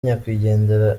nyakwigendera